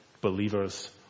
believers